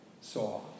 saw